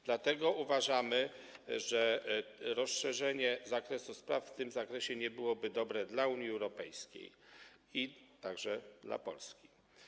Dlatego uważamy, że rozszerzenie zakresu spraw w tym zakresie nie byłoby dobre dla Unii Europejskiej, a także dla Polski.